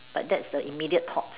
but that's the immediate thought